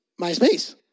MySpace